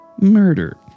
murder